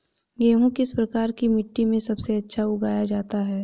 गेहूँ किस प्रकार की मिट्टी में सबसे अच्छा उगाया जाता है?